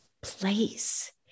place